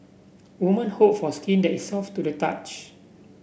woman hope for skin that is soft to the touch